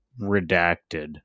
redacted